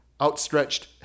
outstretched